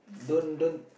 don't don't